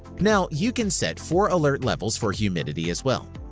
now you can set four alert levels for humidity as well.